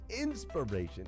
inspiration